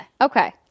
Okay